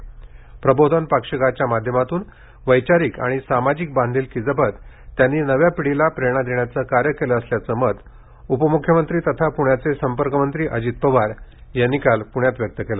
प्रबोधन पाक्षिकाच्या माध्यमातून वैचारिक आणि सामाजिक बांधिलकी जपत त्यांनी नव्या पिढीला प्रेरणा देण्याचे कार्य केले असल्याचे मत उपमुख्यमंत्री तथा पालकमंत्री अजित पवार यांनी काल पण्यात व्यक्त केलं